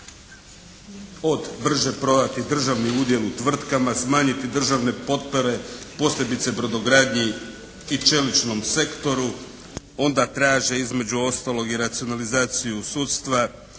od brže prodati državni udjel u tvrtkama, smanjiti državne potpore, posebice brodogradnji i čeličnom sektoru, onda traže između ostalog i racionalizaciju sudstva,